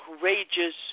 Courageous